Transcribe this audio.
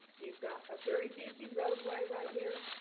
you've got a very busy roadway right here.